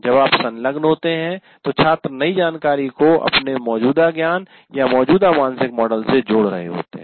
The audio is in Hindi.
जब आप संलग्न होते हैं तो छात्र नई जानकारी को अपने मौजूदा ज्ञान या मौजूदा मानसिक मॉडल से जोड़ रहे होते हैं